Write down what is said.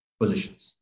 positions